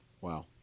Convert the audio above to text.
Wow